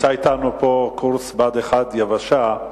נמצא אתנו פה קורס בה"ד 1, יבשה.